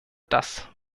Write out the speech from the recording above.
das